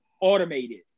automated